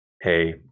hey